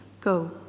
Go